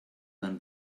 than